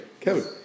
Kevin